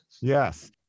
Yes